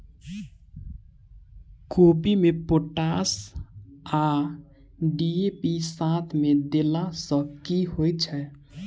कोबी मे पोटाश आ डी.ए.पी साथ मे देला सऽ की होइ छै?